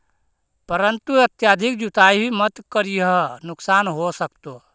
परंतु अत्यधिक जुताई भी मत करियह नुकसान हो सकतो